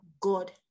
God